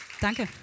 Danke